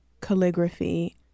calligraphy